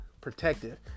protective